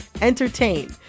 entertain